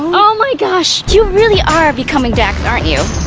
oh my gosh. you really are becoming dax, aren't you?